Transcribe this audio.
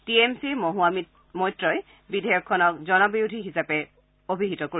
T M ছিৰ মহুৱা মৈত্ৰই বিধেয়কখনক জন বিৰোধী হিচাপে অভিহিত কৰে